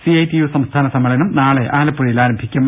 C I T U സംസ്ഥാന സമ്മേളനം നാളെ ആലപ്പുഴയിൽ ആരംഭി ക്കും